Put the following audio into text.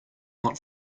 not